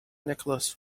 necklace